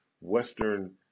western